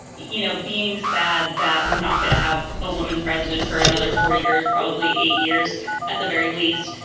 you know, being sad that we're not going to have a woman president for another four years, probably eight years at the very least.